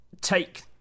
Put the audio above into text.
take